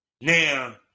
Now